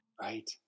Right